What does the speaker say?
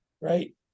right